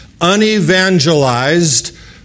unevangelized